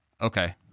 Okay